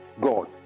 God